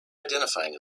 identifying